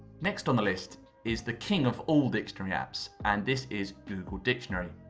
next on the list is the king of all dictionary apps and this is google dictionary.